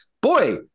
boy